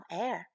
air